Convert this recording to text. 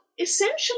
essentially